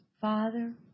Father